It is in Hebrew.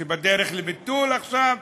שבדרך לביטול עכשיו,